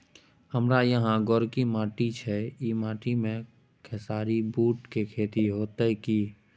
हमारा यहाँ गोरकी माटी छै ई माटी में खेसारी, बूट के खेती हौते की?